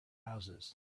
houses